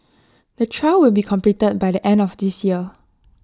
the trial will be completed by the end of this year